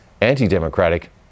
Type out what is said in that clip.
anti-democratic